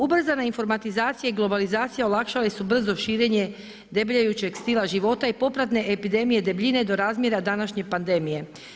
U ubrzana informatizacija i globalizacija olakšale su brzo širenje debljajućeg stila života i popratne epidemije debljine do razmjera današnje pandemije.